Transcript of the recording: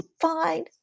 fine